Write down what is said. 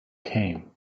came